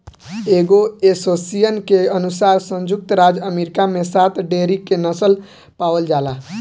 एगो एसोसिएशन के अनुसार संयुक्त राज्य अमेरिका में सात डेयरी के नस्ल पावल जाला